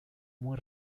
muy